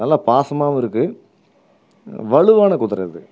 நல்லா பாசமாகவும் இருக்கும் வலுவான குதிரை அது